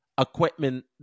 equipment